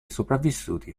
sopravvissuti